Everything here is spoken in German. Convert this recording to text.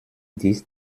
dies